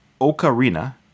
ocarina